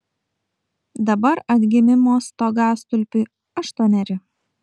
dabar atgimimo stogastulpiui aštuoneri